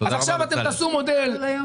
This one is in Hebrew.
משפט אחרון.